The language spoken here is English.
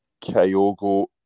Kyogo